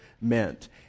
meant